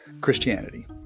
Christianity